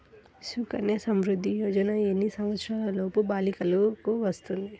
సుకన్య సంవృధ్ది యోజన ఎన్ని సంవత్సరంలోపు బాలికలకు వస్తుంది?